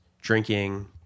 drinking